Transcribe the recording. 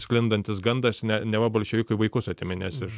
sklindantis gandas neva bolševikai vaikus atiminės iš